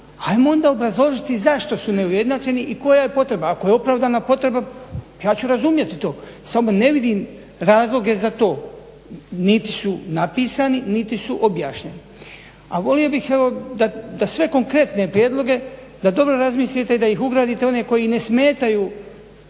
ajmo onda obrazložiti zašto su neujednačeni i koja je potreba, ako je opravdana potreba ja ću razumjeti to. Samo ne vidim razloge za to, niti su napisani, niti su objašnjeni. A volio bih evo da sve konkretne prijedloge da dobro razmislite i da ih ugradite u one koji ne smetaju